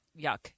Yuck